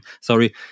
sorry